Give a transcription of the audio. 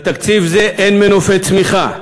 בתקציב זה אין מנופי צמיחה,